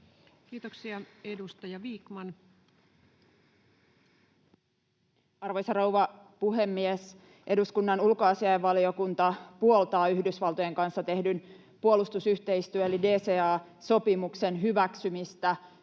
laeiksi Time: 11:58 Content: Arvoisa rouva puhemies! Eduskunnan ulkoasiainvaliokunta puoltaa Yhdysvaltojen kanssa tehdyn puolustusyhteistyö‑ eli DCA-sopimuksen hyväksymistä